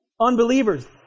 Unbelievers